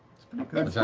it's pretty good.